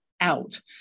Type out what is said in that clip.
out